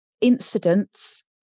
incidents